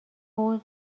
حوض